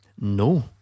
No